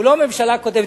הוא לא הממשלה הקודמת.